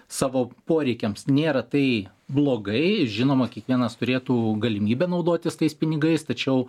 savo poreikiams nėra tai blogai žinoma kiekvienas turėtų galimybę naudotis tais pinigais tačiau